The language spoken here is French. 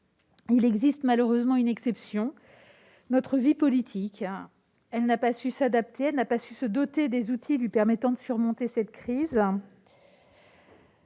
Il existe malheureusement une exception : notre vie politique, qui n'a pas su s'adapter, se doter des outils lui permettant de surmonter cette crise.